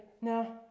no